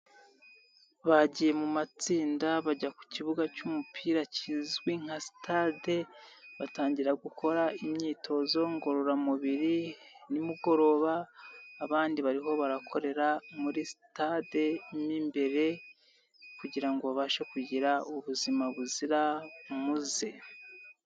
Bagiye mu matsinda bajya ku kibuga cy'umupira kizwi nka sitade batangira gukora imyitozo ngororamubiri, nimugoroba abandi barimo barakorera muri sitade mo imbere kugira ngo babashe kugira ubuzima buzira umuze.